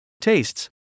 tastes